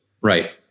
Right